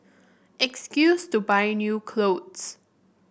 excuse to buy new clothes